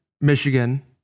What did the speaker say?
Michigan